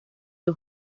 los